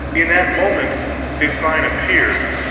in that moment his sign appeared,